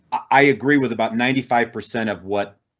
i agree with about ninety five percent of what?